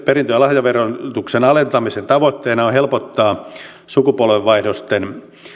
perintö ja lahjaverotuksen alentamisen tavoitteena on helpottaa sukupolvenvaihdosten